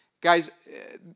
Guys